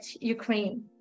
Ukraine